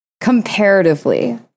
comparatively